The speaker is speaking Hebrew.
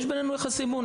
יש בינינו יחסי אמון.